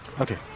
Okay